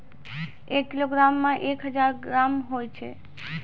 एक किलोग्रामो मे एक हजार ग्राम होय छै